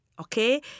Okay